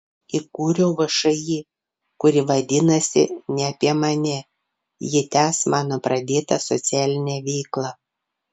įkūriau všį kuri vadinasi ne apie mane ji tęs mano pradėtą socialinę veiklą